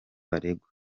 baregwa